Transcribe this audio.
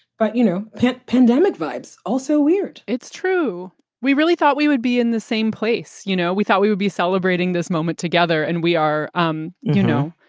but you know, pynt, pandemic vibes also weird. it's true we really thought we would be in the same place. you know, we thought we would be celebrating this moment together. and we are um you know,